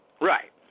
Right